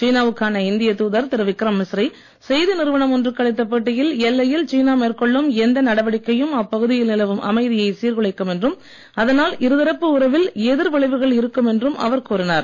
சீனாவுக்கான இந்திய தூதர் திரு விக்ரம் மிஸ்ரி செய்தி நிறுவனம் ஒன்றுக்கு அளித்த பேட்டியில் எல்லையில் சீனா மேற்கொள்ளும் எந்த நடவடிக்கையும் அப்பகுதியில் நிலவும் அமைதியை சீர்குலைக்கும் என்றும் அதனால் இருதரப்பு உறவில் எதிர் விளைவுகள் இருக்கும் என்றும் அவர் கூறினார்